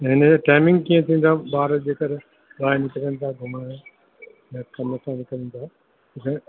हिनजो टाइमिंग कीअं थींदो आहे ॿार जे करे ॿारनि बि चवनि था घुमण जो कल्ह असां निकिरनि था असां